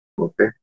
Okay